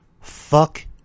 Fuck